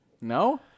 No